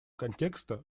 контекста